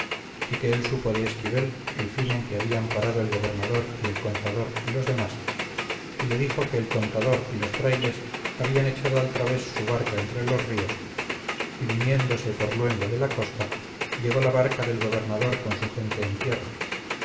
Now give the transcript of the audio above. y que él supo de esquivel el fin en que habían parado el gobernador y el contador y los demás y le dijo que el contador y los frailes habían echado al través su barca entre los ríos y viniéndose por luengo de la costa llegó la barca del gobernador con su gente en tierra